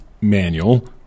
manual